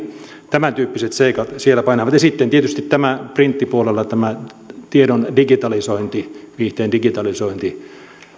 tämän tyyppiset seikat siellä painavat ja sitten tietysti printtipuolella tämän tiedon digitalisoinnin viihteen digitalisoinnin